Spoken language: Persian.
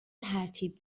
ترتیب